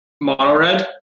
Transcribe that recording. mono-red